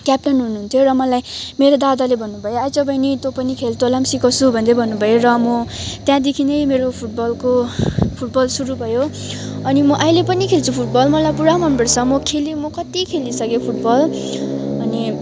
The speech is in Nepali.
क्यापटन हुनुहुन्थ्यो र मलाई मेरो दादाले भन्नु भयो आइज बहिनी तँ पनि खेल तँलाई नि सिकाउँछु भन्दै भन्नुभयो र म त्यहाँदेखि नै मेरो फुटबलको फुटबल सुरु भयो अनि म अहिले पनि खेल्छु फुटबल मलाई पुरा मनपर्छ म खेलेँ म कति खेलिसकेँ फुटबल अनि